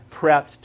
prepped